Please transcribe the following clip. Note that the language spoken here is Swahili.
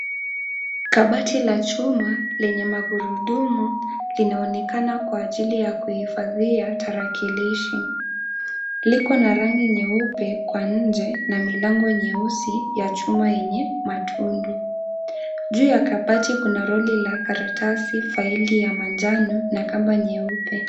Kabati la chuma lenye magurudumu linaonekana kwa ajili ya kuhifadhia tarakilishi . Liko na rangi nyeupe kwa nje na milango nyeusi ya chuma yenye matundu . Juu ya kabati kuna lori la karatasi , faili ya manjano na kamba nyeupe .